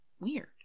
weird